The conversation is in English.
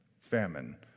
famine